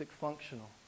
functional